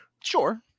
Sure